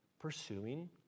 pursuing